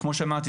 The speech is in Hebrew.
כמו שאמרתי,